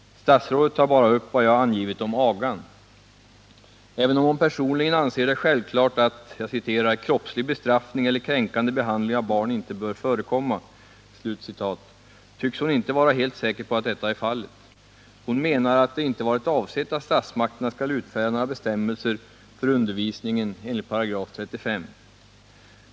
Statsrådet tar bara upp vad jag angivit om agan. Även om hon personligen anser det självklart att ”kroppslig bestraffning eller kränkande behandling av elev inte bör förekomma”, tycks hon inte vara helt säker på att detta är fallet. Hon menar att det ”inte varit avsett att statsmakterna skall utfärda några bestämmelser för undervisningen” enligt 35 §.